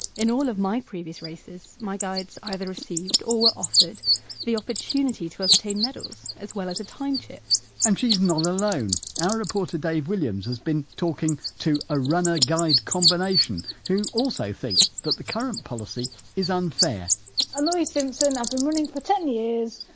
in all of my previous races races my guides either received or were offered the opportunity to obtain medals, as well as a time chip and she's not alone. our reporter, dave williams, has been talking to a runner guide combination who also think that the current policy is unfair i'm louise simpson, i've been running for ten years,